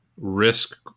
risk